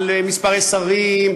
על מספר השרים,